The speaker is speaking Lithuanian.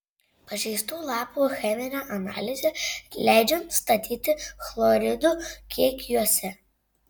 pažeistų lapų cheminė analizė leidžia nustatyti chloridų kiekį juose